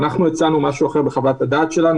אנחנו הצענו משהו אחר בחוות הדעת שלנו,